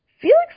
Felix